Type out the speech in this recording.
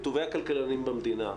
את טובי הכלכלנים במדינה,